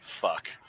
fuck